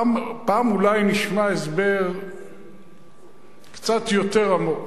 פעם אולי נשמע הסבר קצת יותר עמוק.